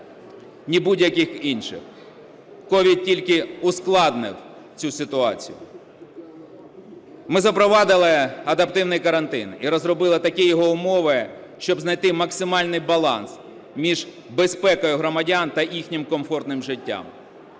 ні будь-яких інших. COVID тільки ускладнив цю ситуацію. Ми запровадили адаптивний карантин і розробили такі його умови, щоб знайти максимальний баланс між безпекою громадян та їхнім комфортним життям.